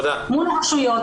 מול הרשויות.